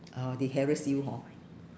orh they harrass you hor